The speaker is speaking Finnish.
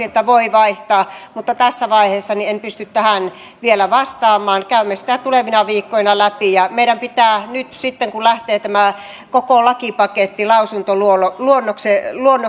että voi vaihtaa tässä vaiheessa en pysty tähän vielä vastaamaan käymme sitä tulevina viikkoina läpi ja meidän pitää nyt sitten kun lähtee tämä koko lakipaketti lausuntoluonnoksena